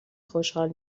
خوشحال